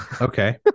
Okay